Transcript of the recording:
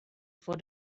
for